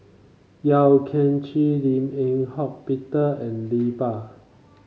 Yeo Kian Chye Lim Eng Hock Peter and Iqbal